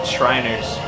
Shriners